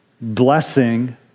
Blessing